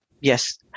Yes